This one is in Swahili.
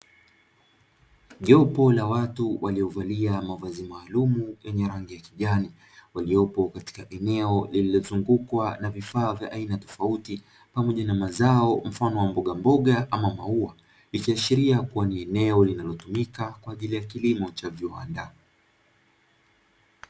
Jopo la watu waliovalia mavazi maalumu yenye rangi ya kijani, waliopo katika eneo lililozungukwa na vifaa vya aina tofauti, pamoja na mazao mfano wa mbogamboga ama maua, ikiashiria kuwa ni eneo linalotumika kwa ajili ya kilimo cha viwanda.